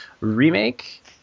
remake